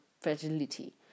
fragility